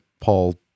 paul